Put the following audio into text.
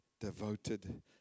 devoted